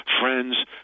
friends